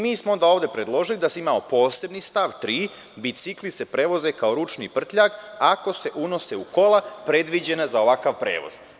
Mi smo onda ovde predložili posebni stav 3. – bicikli se prevoze kao ručni prtljag ako se unose u kola predviđena za ovakav prevoz.